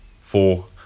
four